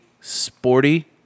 Sporty